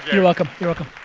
you're welcome, you're welcome.